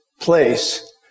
place